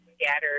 scattered